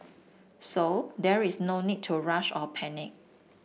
so there is no need to rush or panic